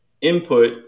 input